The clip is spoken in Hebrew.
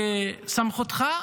בסמכותך,